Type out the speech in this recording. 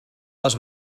les